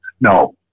No